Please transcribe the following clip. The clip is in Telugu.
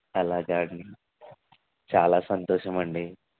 అలాగా అండి చాలా సంతోషం అండి